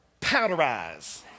powderize